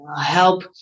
help